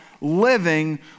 living